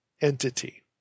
entity